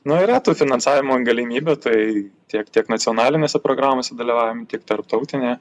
nu yra tų finansavimo galimybių tai tiek tiek nacionalinėse programose dalyvaujam tiek tarptautinėje